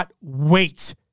wait